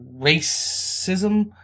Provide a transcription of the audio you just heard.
racism